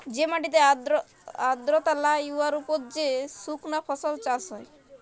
যে মাটিতে আর্দ্রতা লাই উয়ার উপর যে সুকনা ফসল চাষ হ্যয়